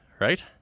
right